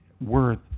worth